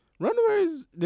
Runaways